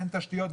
ואין תשתיות,